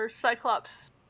Cyclops